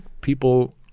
people –